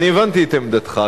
אני הבנתי את עמדתך,